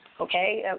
okay